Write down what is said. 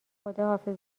خداحافظ